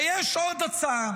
ויש עוד הצעה,